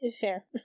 fair